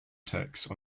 text